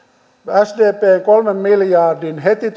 sdpn kolmen miljardin heti